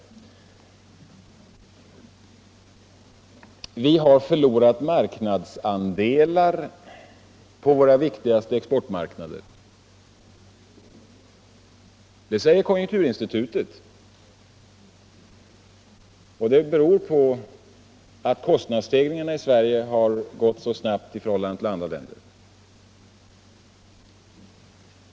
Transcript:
Vi har förlorat marknadsandelar på våra viktigaste exportmarknader, säger konjunkturinstitutet, och det beror på att kostnadsstegringarna i Sverige har gått så snabbt i förhållande till andra länder.